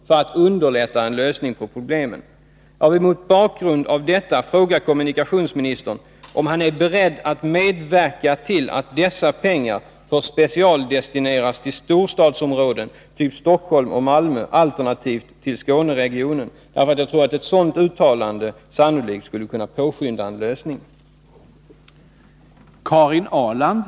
för att Jag vill mot bakgrund av detta fråga kommunikationsministern om han är Tisdagen den beredd att medverka till att dessa pengar får specialdestineras till storstads 23 november 1982 områden typ Stockholm och Malmö alternativt till Skåneregionen. Ett sådant uttalande skulle sannolikt kunna påskynda en lösning. Om bättre trafik